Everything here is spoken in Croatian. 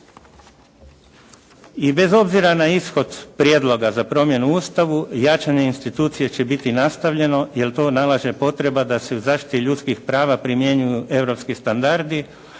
I bez obzira na ishod prijedloga za promjenu u Ustavu jačanje institucije će biti nastavljeno, jer to nalaže potreba da se u zaštiti ljudskih prava primjenjuju europski standardi,